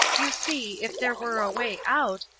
you see, if there were a way out,